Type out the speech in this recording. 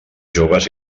joves